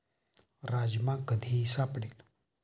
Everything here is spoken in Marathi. राजमा कधीही सापडेल